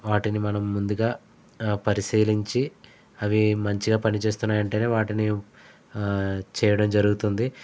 వాటిని మనం ముందుగా పరిశీలించి అవి మంచిగా పనిచేస్తున్నాయి అంటేనే వాటిని చేయడం జరుగుతుంది